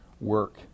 work